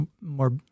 more